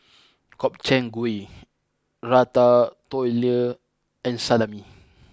Gobchang Gui Ratatouille and Salami